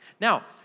Now